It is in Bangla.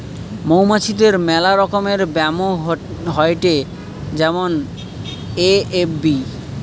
মৌমাছিদের মেলা রকমের ব্যামো হয়েটে যেমন এ.এফ.বি